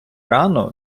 рано